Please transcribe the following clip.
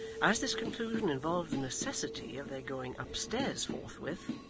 as this conclusion involved the necessity of their going upstairs forthwith,